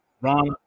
Ron